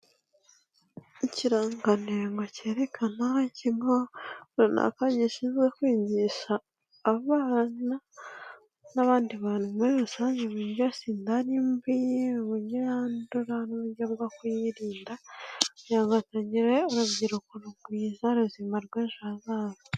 Ikirangante ngo cyerekana ikigo runaka gishinzwe kwigisha abana n'abandi bantu muri rusange uburyo sida ari mbi, uburyo yandura n'uburyo bwo kuyirinda, kugira ngo tugire urubyiruko rwiza, ruzima rw'ejo hazaza.